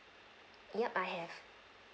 yup I have